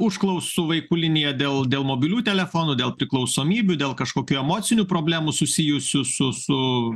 užklausų vaikų linija dėl dėl mobilių telefonų dėl priklausomybių dėl kažkokių emocinių problemų susijusių su su